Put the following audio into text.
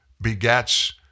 begets